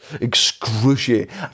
Excruciating